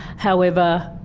however,